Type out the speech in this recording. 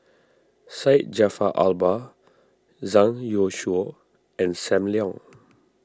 Syed Jaafar Albar Zhang Youshuo and Sam Leong